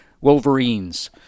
Wolverines